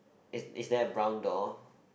is is there a brown door